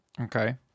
Okay